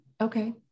Okay